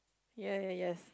ya ya yes